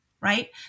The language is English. Right